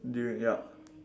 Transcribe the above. during ya